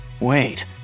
Wait